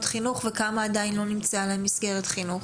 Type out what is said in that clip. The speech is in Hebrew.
חינוך ולכמה עדיין לא נמצאה להם מסגרת חינוכית?